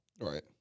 Right